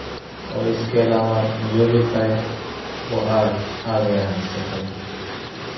और इसके अलावा जो भी था वो आ आ गया है इससे पहले